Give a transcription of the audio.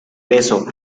beso